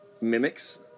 mimics